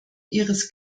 ihres